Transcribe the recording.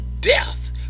death